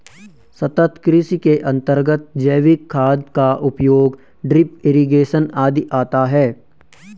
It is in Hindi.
सतत् कृषि के अंतर्गत जैविक खाद का उपयोग, ड्रिप इरिगेशन आदि आता है